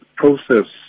process